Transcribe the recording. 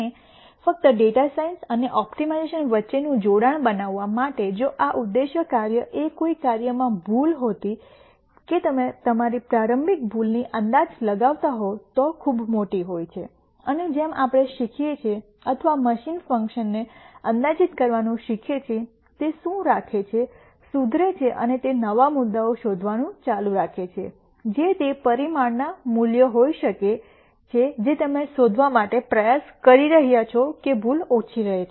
અને ફક્ત data science અને ઓપ્ટિમાઇઝેશન વચ્ચેનું જોડાણ બનાવવા માટે જો આ ઉદ્દેશ્ય કાર્ય એ કોઈ કાર્યમાં ભૂલ હોતી કે તમે તમારી પ્રારંભિક ભૂલની અંદાજ લગાવતા હોવ તો ખૂબ મોટી હોય છે અને જેમ આપણે શીખીએ છીએ અથવા મશીન ફંક્શનને અંદાજિત કરવાનું શીખે છે તે શું રાખે છે સુધરે છે અને તે નવા મુદ્દાઓ શોધવાનું ચાલુ રાખે છે જે તે પરિમાણના મૂલ્યો હોઈ શકે છે જે તમે શોધવા માટે પ્રયાસ કરી રહ્યાં છો કે ભૂલ ઓછી રહે છે